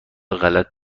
غلط